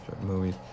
movies